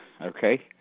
Okay